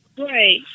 Right